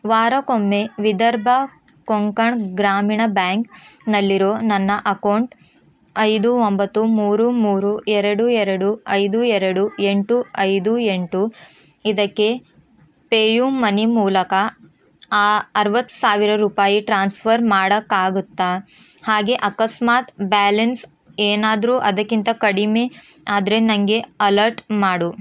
ವಾರಕೊಮ್ಮೆ ವಿದರ್ಬಾ ಕೊಂಕಣ್ ಗ್ರಾಮೀಣ ಬ್ಯಾಂಕ್ನಲ್ಲಿರೋ ನನ್ನ ಅಕೌಂಟ್ ಐದು ಒಂಬತು ಮೂರು ಮೂರು ಎರಡು ಎರಡು ಐದು ಎರಡು ಎಂಟು ಐದು ಎರಡು ಎಂಟು ಇದಕ್ಕೆ ಪೇಯು ಮನಿ ಮೂಲಕ ಆ ಅರವತ್ತು ಸಾವಿರ ರೂಪಾಯಿ ಟ್ರಾನ್ಸ್ಫರ್ ಮಾಡಕಾಗತ್ತಾ ಹಾಗೆ ಅಕಸ್ಮಾತು ಬ್ಯಾಲೆನ್ಸ್ ಏನಾದರು ಅದಕ್ಕಿಂತ ಕಡಿಮೆ ಆದರೆ ನನಗೆ ಅಲರ್ಟ್ ಮಾಡು